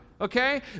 okay